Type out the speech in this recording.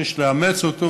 ויש לאמץ אותו,